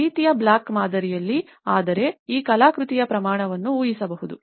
ಒಂದು ರೀತಿಯ ಬ್ಲಾಕ್ ಮಾದರಿಯಲ್ಲಿ ಆದರೆ ಈ ಕಲಾಕೃತಿಯ ಪ್ರಮಾಣವನ್ನು ಊಹಿಸಬಹುದು